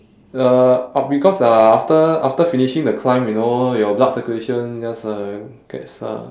uh o~ because uh after after finishing the climb you know your blood circulation just uh gets uh